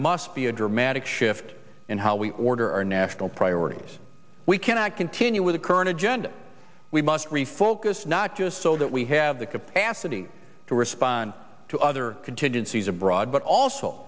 must be a dramatic shift in how we order our national priorities we cannot continue with a current agenda we must refocus not just so that we have the capacity to respond to other contingencies abroad but also